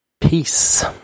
Peace